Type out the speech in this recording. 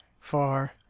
far